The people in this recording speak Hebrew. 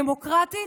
דמוקרטית,